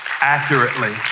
accurately